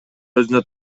өзүнө